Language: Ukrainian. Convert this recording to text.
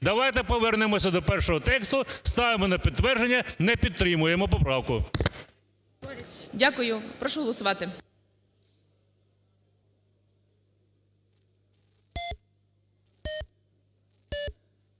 Давайте повернемося до першого тексту, ставимо на підтвердження, не підтримуємо поправку. ГОЛОВУЮЧИЙ. Дякую. Прошу голосувати.